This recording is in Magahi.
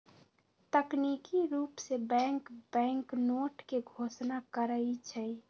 तकनिकी रूप से बैंक बैंकनोट के घोषणा करई छई